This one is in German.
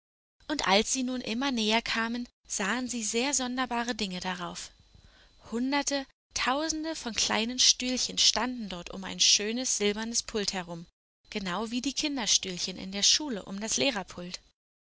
und als sie nun immer näher kamen sahen sie sehr sonderbare dinge darauf hunderte tausende von kleinen stühlchen standen dort um ein schönes silbernes pult herum genau wie die kinderstühlchen in der schule um das lehrerpult